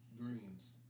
Dreams